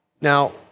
Now